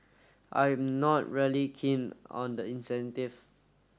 I'm not really keen on the incentive